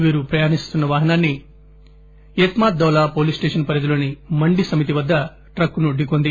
వీరు ప్రయాణిస్తున్న వాహనాన్ని Etmadaula police station పరిధిలోని మండి సమితి వద్ద ట్రక్కును ధీకొంది